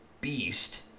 beast